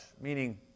meaning